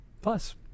Plus